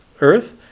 earth